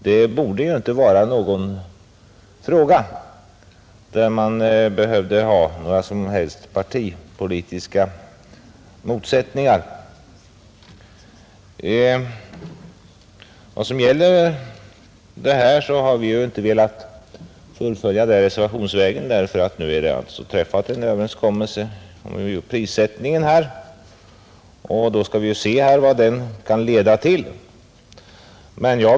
Det här borde ju inte vara en fråga där det behövde förekomma några som helst partipolitiska motsättningar. Vi har inte velat fullfölja motionen reservationsvägen, eftersom man nu träffat en överenskommelse om prissättningen — vi skall först se vad den kan leda till.